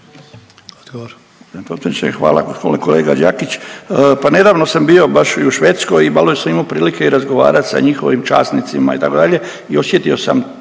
hvala. G. kolega Đakić, pa nedavno sam bio baš i u Švedskoj i malo sam imao prilike razgovarati sa njihovim časnicima, itd., i osjetio sam